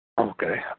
Okay